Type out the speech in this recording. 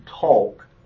talk